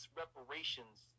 reparations